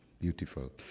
Beautiful